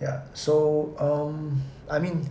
ya so um I mean